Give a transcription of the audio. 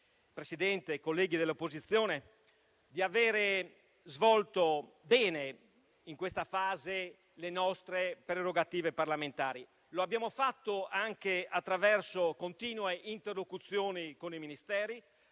Presidente e colleghi dell'opposizione, di aver svolto bene in questa fase le nostre prerogative parlamentari. Lo abbiamo fatto attraverso continue interlocuzioni con i Ministeri,